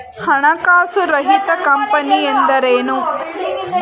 ಹಣಕಾಸು ರಹಿತ ಕಂಪನಿ ಎಂದರೇನು?